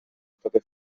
state